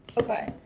Okay